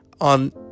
On